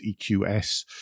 EQS